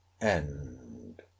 end